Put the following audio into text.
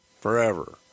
forever